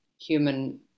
human